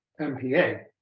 MPA